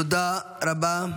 תודה רבה.